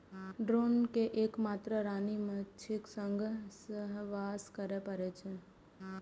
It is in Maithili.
ड्रोन कें एक मात्र रानी माछीक संग सहवास करै पड़ै छै